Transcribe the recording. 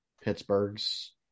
Pittsburgh's